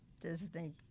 Disney